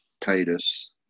Titus